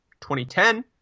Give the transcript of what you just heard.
2010